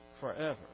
forever